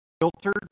filtered